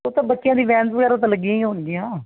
ਉਹ ਤਾਂ ਬੱਚਿਆਂ ਦੀ ਵੈਨਸ ਵਗੈਰਾ ਤਾਂਂ ਲੱਗੀਆਂ ਈ ਹੋਣਗੀਆਂ